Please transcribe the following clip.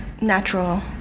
natural